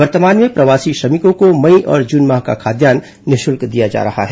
वर्तमान में प्रवासी श्रमिकों को मई और जून माह का खाद्यान्न निःशुल्क दिया जा रहा है